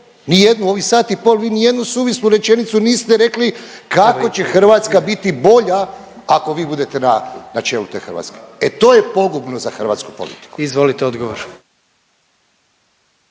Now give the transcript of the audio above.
ni jednu u ovih sat i pol vi ni jednu suvislu rečenicu niste rekli kako će Hrvatska biti bolja ako vi budete na, na čelu te Hrvatske. E to je pogubno za hrvatsku politiku. **Jandroković,